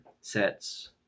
sets